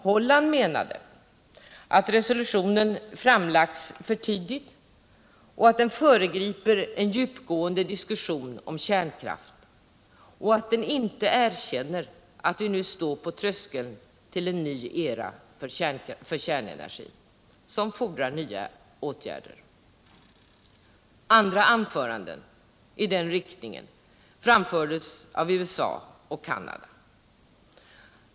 Holland menade att resolutionen framlagts för tidigt, att den föregriper en djupgående diskussion om kärnkraft och att den inte erkänner att vi nu står på tröskeln till en ny era för kärnenergin som fordrar nya åtgärder. Andra anföranden i den riktningen framfördes av USA och Canada.